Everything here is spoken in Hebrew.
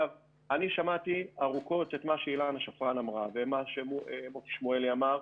אני שמעתי ארוכות את מה שאילנה שפרן אמרה ומה שמוטי שמואלי אמר,